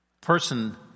person